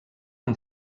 amb